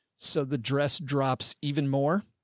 so the dress drops even more.